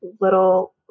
little